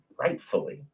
rightfully